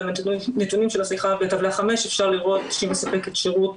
ומהנתונים שלה בטבלה 5 אפשר לראות שהיא מספקת שירות